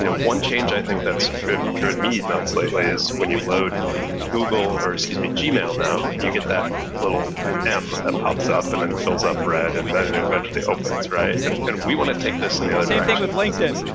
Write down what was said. you know one change i think that's driven driven me not slightly is when you load google or excuse me, gmail now. you get that little m that pops up and then fills up red and then it eventually opens, right? and and we want to take this in the other direction. same thing with linkedin.